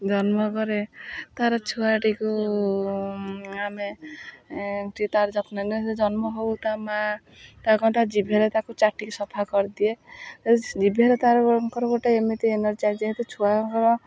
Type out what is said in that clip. ଜନ୍ମ କରେ ତା'ର ଛୁଆଟିକୁ ଆମେ ଟିକେ ତା'ର ଯତ୍ନ ନେଉ ସେ ଜନ୍ମ ହଉ ତା ମାଆ ତା କଣ୍ଟା ଜିଭରେ ତାକୁ ଚାଟିକି ସଫା କରିଦିଏ ତା ଜିଭରେ ତା'ରଙ୍କର ଗୋଟେ ଏମିତି ଏନର୍ଜି ଆସି ଯାଇଥାଏ ତା ଛୁଆଙ୍କର